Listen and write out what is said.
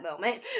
moment